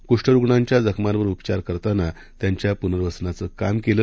कुष्ठरुग्णांच्याजखमांवरउपचारकरताना त्यांच्यापुनर्वसनाचंकामकेलं